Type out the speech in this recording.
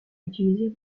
utilisée